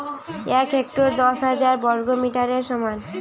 এক হেক্টর দশ হাজার বর্গমিটারের সমান